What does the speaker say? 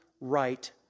right